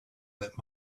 that